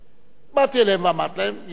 באתי אליהם ואמרתי להם: יום שלישי?